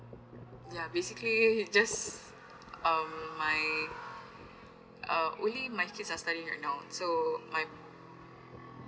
ya basically it just um my uh only my kids are studying right now so my